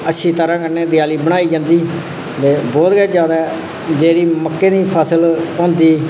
अच्छी तरह् कन्नै देआली बनाई जंदी ते बहुत गै जैदा जेह्ड़ी मक्कें दी फसल होंदी